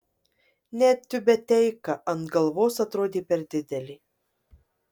net tiubeteika ant galvos atrodė per didelė